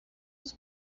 this